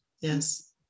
Yes